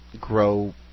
grow